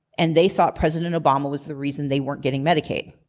and they thought president obama was the reason they weren't getting medicaid.